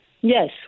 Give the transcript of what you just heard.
Yes